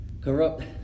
Corrupt